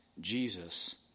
Jesus